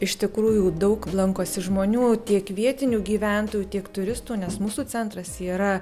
iš tikrųjų daug lankosi žmonių tiek vietinių gyventojų tiek turistų nes mūsų centras yra